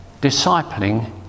discipling